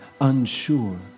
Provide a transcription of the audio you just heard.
unsure